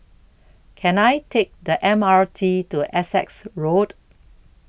Can I Take The M R T to Essex Road